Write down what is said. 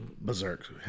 berserk